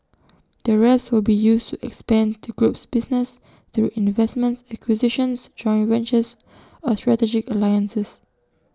the rest will be used to expand the group's business through investments acquisitions joint ventures or strategic alliances